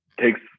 takes